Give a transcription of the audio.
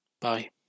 bye